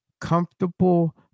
comfortable